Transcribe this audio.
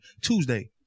Tuesday